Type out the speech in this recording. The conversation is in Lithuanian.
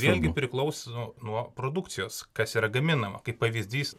vėlgi priklauso nuo produkcijos kas yra gaminama kaip pavyzdys